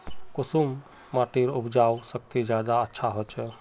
कुंसम माटिर उपजाऊ शक्ति ज्यादा अच्छा होचए?